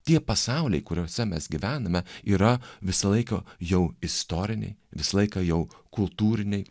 tie pasauliai kuriuose mes gyvename yra visą laiką jau istoriniai visą laiką jau kultūriniai